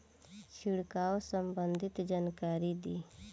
छिड़काव संबंधित जानकारी दी?